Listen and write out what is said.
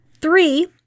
Three